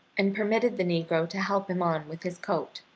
and permitted the negro to help him on with his coat,